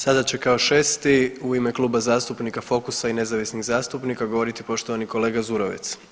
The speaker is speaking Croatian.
Sada će kao šesti u ime Kluba zastupnika Fokusa i nezavisnih zastupnika govoriti poštovani kolega Zurovec.